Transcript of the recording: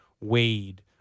Wade